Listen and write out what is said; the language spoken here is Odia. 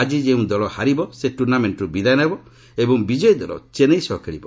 ଆକି ଯେଉଁ ଦଳ ହାରିବ ସେ ଟୁର୍ଣ୍ଣାମେଣ୍ଟରୁ ବିଦାୟ ନେବ ଏବଂ ବିଜୟୀ ଦଳ ଚେନ୍ନାଇ ସହ ଖେଳିବ